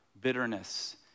bitterness